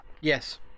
Yes